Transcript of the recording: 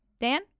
Dan